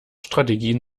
strategien